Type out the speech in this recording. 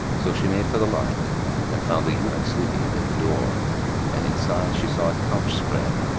so she made for the light and found the eunuch sleeping within the door and inside she saw a couch spread,